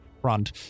front